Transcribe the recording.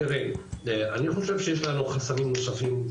אני חושב שיש לנו חסמים נוספים,